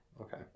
Okay